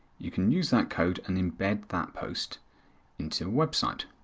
you can use that code and embed that post into a website